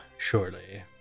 Surely